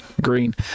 green